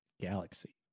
Galaxy